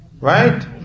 Right